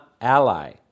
Ally